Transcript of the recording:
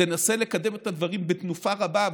ותנסה לקדם את הדברים בתנופה רבה,